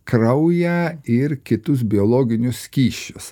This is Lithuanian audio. kraują ir kitus biologinius skysčius